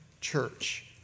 church